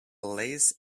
lace